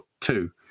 two